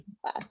class